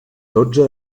dotze